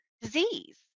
disease